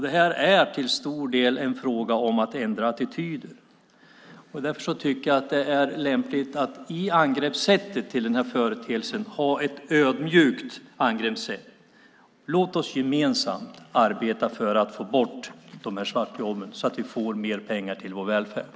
Det här är till stor del en fråga om att ändra attityder. Därför tycker jag att det är lämpligt att ha ett ödmjukt angreppssätt till den här företeelsen. Låt oss gemensamt arbeta för att få bort de här svartjobben så att vi får mer pengar till vår välfärd!